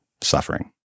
suffering